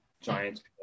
Giants